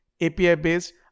API-based